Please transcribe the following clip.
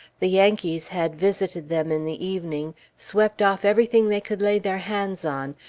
the yankees had visited them in the evening, swept off everything they could lay their hands on,